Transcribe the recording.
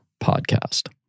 podcast